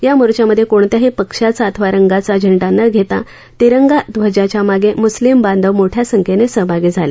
या मोर्चामध्ये कोणत्याही पक्षाचा अथवा रंगाचा झेंडा न घेता तिरंगा ध्वजाच्या मागे मुस्लीम बांधव मोठ्या संख्येनं सहभागी झाले